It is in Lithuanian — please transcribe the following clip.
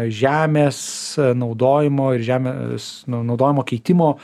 žemės naudojimo ir žemės nu naudojimo keitimo